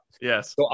yes